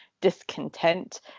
discontent